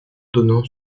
donnant